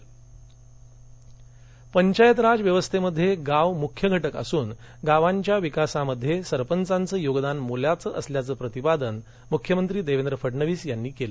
सरपंच पंचायतराज व्यवस्थेमध्ये गाव मुख्य घटक असून गावांच्या विकासामध्ये सरपंचांचे योगदान मोलाचं असल्याचं प्रतिपादन मुख्यमंत्री देवेंद्र फडणवीस यांनी केले